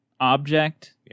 object